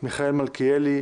מיכאל מלכיאלי,